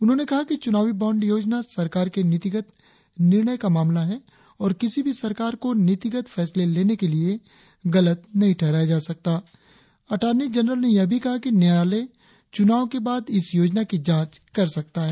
उन्होंने कहा कि चुनावी बॉण्ड योजना सरकार के नीतिगत निर्णय का मामला है और किसी भी सरकार को नीतिगत फैसले लेने के लिए गलत नही ठहराया जा सकता अटार्नी जनरल ने यह भी कहा कि न्यायालय चुनाव के बाद इस योजना की जांच कर सकता है